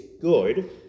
good